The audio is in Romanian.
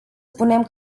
punem